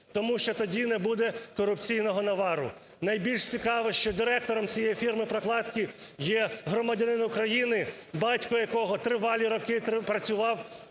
Тому що тоді не буде корупційного навару. Найбільш цікаво, що директором цієї фірми-прокладки є громадянин України, батько якого тривалі роки працював